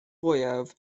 fwyaf